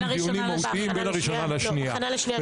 דיונים מהותיים בין הראשונה והשנייה.